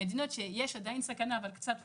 המדינות שיש עדיין סכנה אבל קצת פחותה,